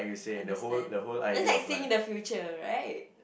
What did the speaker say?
understand that's like seeing the future right